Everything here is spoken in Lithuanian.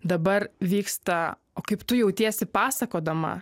dabar vyksta o kaip tu jautiesi pasakodama